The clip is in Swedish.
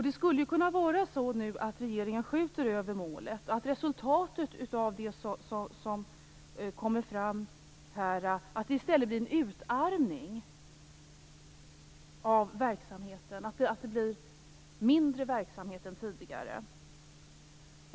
Det skulle kunna vara så att regeringen skjuter över målet och att resultatet av det som kommer fram i stället blir utarmning av verksamheten, att det blir mindre verksamhet än tidigare.